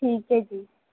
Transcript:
ਠੀਕ ਹੈ ਜੀ